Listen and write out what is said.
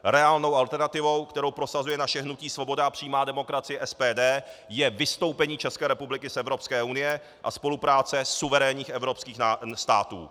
Reálnou alternativou, kterou prosazuje naše hnutí Svoboda a přímá demokracie, SPD, je vystoupení České republiky z Evropské unie a spolupráce suverénních evropských států.